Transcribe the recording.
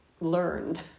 learned